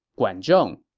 guan zhong